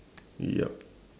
ya